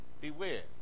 beware